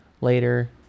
later